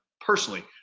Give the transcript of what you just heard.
personally